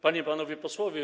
Panie i Panowie Posłowie!